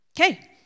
Okay